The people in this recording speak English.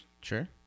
sure